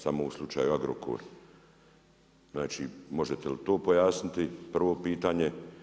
Samo u slučaju Agrokor, znači možete li to pojasniti prvo pitanje.